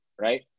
Right